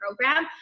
program